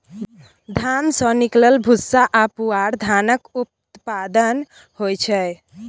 धान सँ निकलल भूस्सा आ पुआर धानक उप उत्पाद होइ छै